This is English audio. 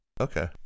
Okay